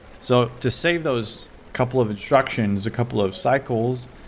so to save those couple of instructions, a couple of cycles,